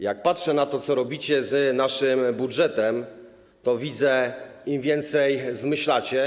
Jak patrzę na to, co robicie z budżetem, to widzę, że im więcej zmyślacie.